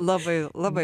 labai labai